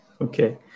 Okay